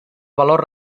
valor